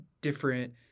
different